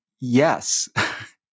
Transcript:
Yes